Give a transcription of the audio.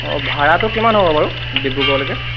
অঁ ভাড়াটো কিমান হ'ব বাৰু ডিব্ৰুগড়লৈকে